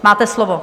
Máte slovo.